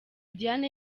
diane